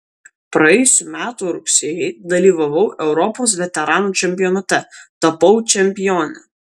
praėjusių metų rugsėjį dalyvavau europos veteranų čempionate tapau čempione